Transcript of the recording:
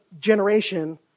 generation